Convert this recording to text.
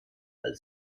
als